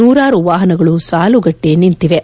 ನೂರಾರು ವಾಹನಗಳು ಸಾಲುಗಟ್ಟಿ ನಿಂತಿವೆ